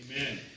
Amen